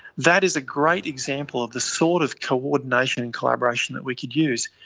that is a great example of the sort of coordination and collaboration that we could use.